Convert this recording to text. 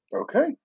Okay